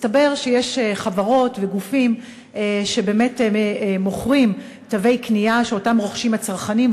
מסתבר שיש חברות וגופים שבאמת מוכרים תווי קנייה שאותם רוכשים הצרכנים,